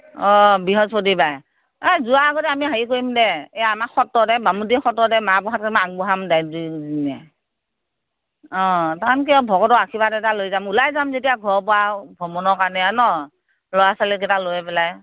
অ বৃহস্পতিবাৰে এই যোৱা আগতে আমি হেৰি কৰিম দে এই আমাৰ সত্ৰতে বামুণীআটি সত্ৰতে মাহ প্ৰসাদ কেইটামান আগবঢ়াম দে দুয়োজনীয়ে অ কাৰণ কি আৰু ভকতৰ আশীৰ্বাদ এটা লৈ যাম ওলাই যাম যেতিয়া ঘৰৰ পৰা আৰু ভ্ৰমণৰ কাৰণে আৰু ন' ল'ৰা ছোৱালীকেইটা লৈ পেলাই